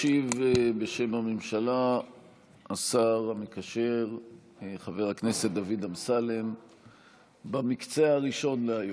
ישיב בשם הממשלה השר המקשר חבר הכנסת דוד אמסלם במקצה הראשון להיום.